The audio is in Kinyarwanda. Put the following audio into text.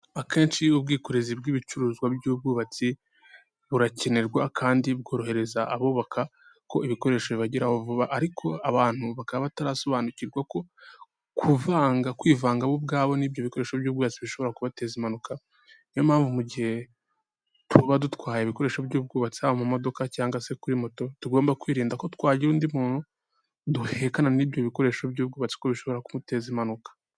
Akenshi ubwikorezi bw'ibicuruzwa by'ubwubatsi burakenerwa kandi bworohereza abubaka ko ibikoresho bibageraho vuba, ariko abantu bakaba batarasobanukirwa ko kuvanga kwivangaho ubwabo nibyobyo bikoresho by'ubwobazi bishobora kubateza impanuka niyo mpamvu mu gihe tuba dutwaye ibikoresho by'ubwubatsi mumodoka cyangwa se kuri moto tugomba kwirinda ko twagira undi muntu duhekana n'ibyo bikoresho by'ubwubatsiko bishobora kumuteza impanuka.